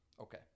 okay